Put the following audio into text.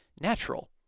natural